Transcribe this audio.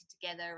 together